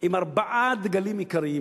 עם ארבעה דגלים עיקריים,